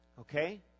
Okay